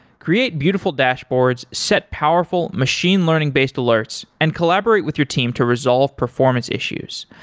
create beautiful dashboards, set powerful machine learning based alerts and collaborate with your team to resolve performance issues.